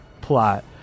plot